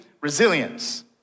Resilience